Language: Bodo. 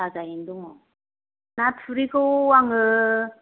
थाजायैनो दङ ना थुरिखौ आङो